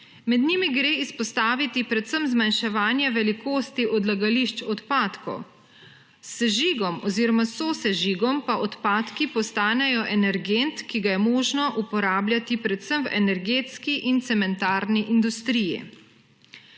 Med njimi gre izpostaviti predvsem zmanjševanje velikosti odlagališč odpadkov. S sežigom oziroma sosežigom pa odpadki postanejo energent, ki ga je možno uporabljati predvsem v energetski in cementarni industriji.